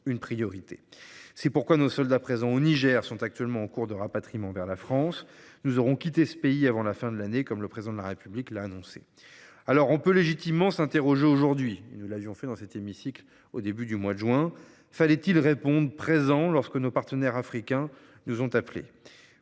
C’est pourquoi nos soldats présents au Niger sont en cours de rapatriement vers la France. Nous aurons quitté ce pays avant la fin de l’année, comme le Président de la République l’a annoncé. On peut alors légitimement s’interroger aujourd’hui, et nous l’avions fait dans cet hémicycle au début du mois de juillet dernier : fallait il répondre présent lorsque nos partenaires africains nous ont appelés ?